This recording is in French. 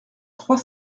trois